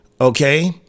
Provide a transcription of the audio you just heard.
okay